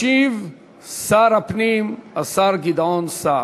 ישיב שר הפנים, השר גדעון סער.